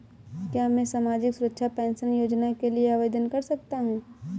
क्या मैं सामाजिक सुरक्षा पेंशन योजना के लिए आवेदन कर सकता हूँ?